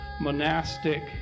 monastic